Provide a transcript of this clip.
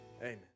Amen